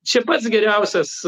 čia pats geriausias